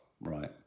right